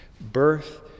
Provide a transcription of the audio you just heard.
Birth